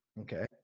Okay